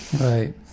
Right